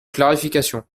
clarification